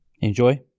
Enjoy